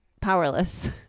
powerless